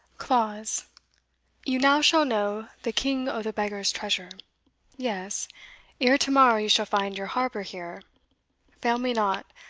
clause you now shall know the king o' the beggars' treasure yes ere to-morrow you shall find your harbour here fail me not,